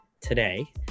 today